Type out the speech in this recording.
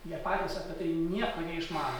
jie patys apie tai nieko neišmano